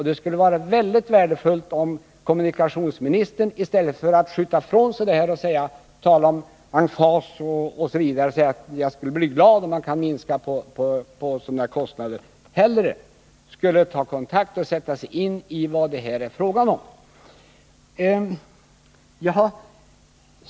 Det skulle vara väldigt värdefullt om kommunikationsministern i stället för att skjuta ifrån sig saken, tala om emfas osv. och genom att säga att han skulle bli glad om man kunde minska på sådana kostnader, ville ta kontakter och sätta sig in i vad det här är fråga om.